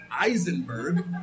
Eisenberg